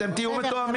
אתם תהיו מתואמים.